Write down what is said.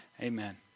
amen